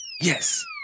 Yes